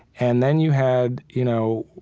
and then you had, you know,